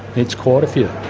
it's quite a few.